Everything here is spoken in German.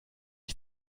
ich